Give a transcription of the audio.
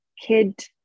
kid